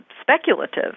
speculative